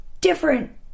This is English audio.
different